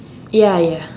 ya ya